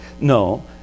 No